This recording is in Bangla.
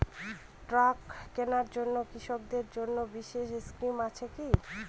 ট্রাক্টর কেনার জন্য কৃষকদের জন্য বিশেষ স্কিম আছে কি?